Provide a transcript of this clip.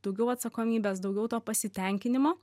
daugiau atsakomybės daugiau to pasitenkinimo